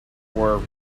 were